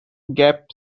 gap